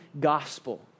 gospel